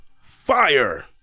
fire